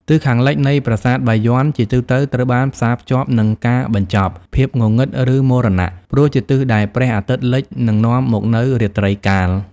ទិសខាងលិចនៃប្រាសាទបាយ័ន ជាទូទៅត្រូវបានផ្សារភ្ជាប់នឹង ការបញ្ចប់ ភាពងងឹត ឬមរណៈ ព្រោះជាទិសដែលព្រះអាទិត្យលិច និងនាំមកនូវរាត្រីកាល។